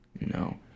No